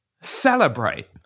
celebrate